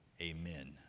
amen